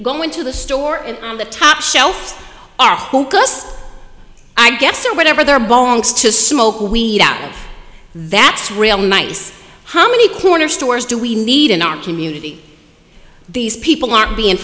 go into the store and on the top shelf i guess or whatever their bones to smoke weed out that's real nice how many corner stores do we need in our community these people aren't being